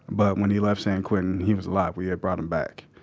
but when he left san quentin, he was a live, we brought him back.